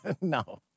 No